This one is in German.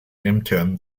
ämtern